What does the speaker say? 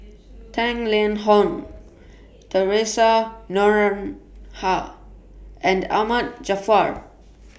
Tang Liang Hong Theresa Noronha and Ahmad Jaafar